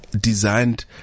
designed